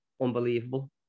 unbelievable